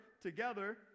together